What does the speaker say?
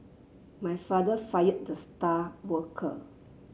my father fired the star worker